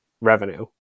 revenue